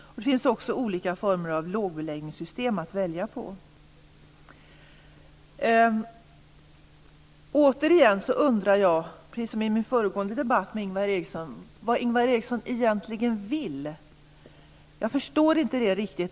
Det finns också olika former av lågbeläggningssystem att välja på. Återigen undrar jag, liksom i min föregående debatt med Ingvar Eriksson, vad Ingvar Eriksson egentligen vill. Jag förstår det inte riktigt.